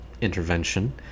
intervention